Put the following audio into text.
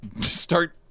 start